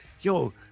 yo